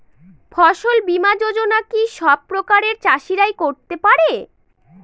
ফসল বীমা যোজনা কি সব প্রকারের চাষীরাই করতে পরে?